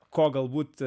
ko galbūt